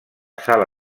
sala